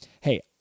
hey